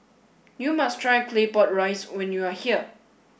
you must try Claypot rice when you are here